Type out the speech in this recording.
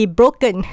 broken